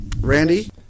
Randy